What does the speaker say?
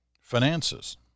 Finances